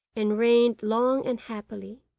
and reigned long and happily.